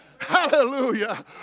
Hallelujah